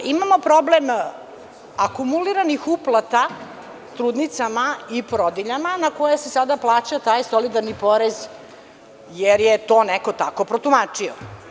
Imamo problem akumuliranih uplata trudnicama i porodiljama na koje se sada plaća taj solidarni porez jer je to neko tako protumačio.